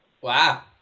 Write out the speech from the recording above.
Wow